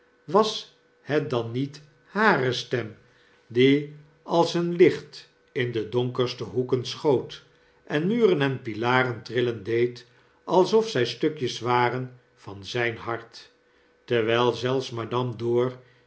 was het dan met hare stem die als een licht in de donkerste hoeken schoot en muren en pilaren trillen deed alsof zij stukjes waren van zijn hart terwijl zelfs madame dor